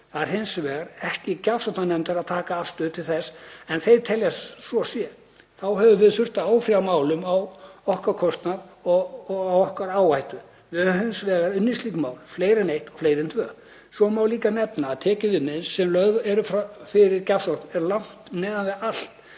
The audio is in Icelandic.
Það er hins vegar ekki gjafsóknarnefndar að taka afstöðu til þess en þeir telja að svo sé. Þá höfum við þurft að áfrýja málinu á okkar kostnað og á okkar áhættu. Við höfum hins vegar unnið slík mál, fleiri en eitt og fleiri en tvö. Svo má líka nefna að tekjuviðmiðin sem lögð eru fyrir gjafsókn eru langt neðan við allt